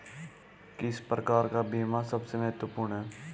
किस प्रकार का बीमा सबसे महत्वपूर्ण है?